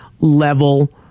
level